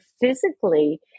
physically